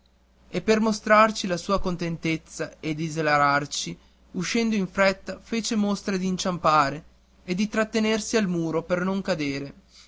e per mostrarci la sua contentezza ed esilararci uscendo in fretta fece mostra d'inciampare e di trattenersi al muro per non cadere